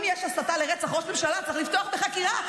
אם יש הסתה לרצח ראש ממשלה, צריך לפתוח בחקירה.